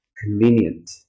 Convenient